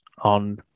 on